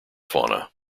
fauna